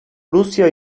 rusya